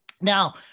Now